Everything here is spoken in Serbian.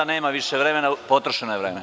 Nema više vremena, potrošeno je vreme.